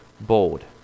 Bold